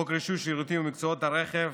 חוק רישוי שירותים ומקצועות בענף הרכב,